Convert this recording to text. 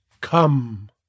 come